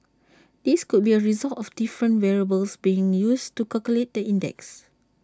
this could be A result of different variables being used to calculate the index